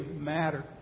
matter